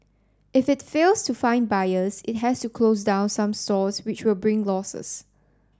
if it fails to find buyers it has to close down some stores which will bring losses